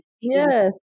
yes